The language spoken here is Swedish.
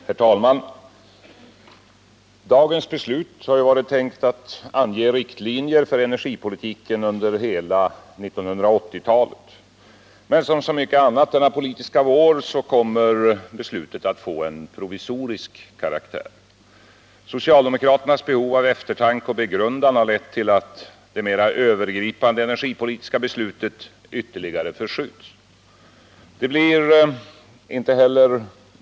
Herr talman! Det har ju varit tänkt att dagens beslut skulle ange riktlinjer för energipolitiken under hela 1980-talet. Men som så mycket annat denna politiska vår kommer beslutet att få en provisorisk karaktär. Socialdemokraternas behov av ”eftertanke och begrundan” har lett till att det mera övergripande energipolitiska beslutet ytterligare förskjutits.